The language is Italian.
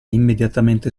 immediatamente